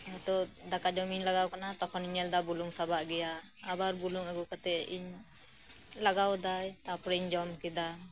ᱦᱚᱭᱛᱚ ᱫᱟᱠᱟ ᱡᱚᱢᱤᱧ ᱞᱟᱜᱟᱣ ᱟᱠᱟᱱᱟ ᱛᱚᱠᱷᱚᱱᱤᱧ ᱧᱮᱞᱫᱟ ᱵᱩᱞᱩᱝ ᱥᱟᱵᱟᱜ ᱜᱮᱭᱟ ᱟᱵᱟᱨ ᱵᱩᱞᱩᱝ ᱟᱹᱜᱩ ᱠᱟᱛᱮᱫ ᱤᱧ ᱞᱟᱜᱟᱣ ᱮᱫᱟ ᱛᱟᱨᱯᱚᱨᱮᱧ ᱡᱚᱢᱠᱮᱫᱟ